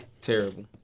Terrible